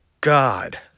God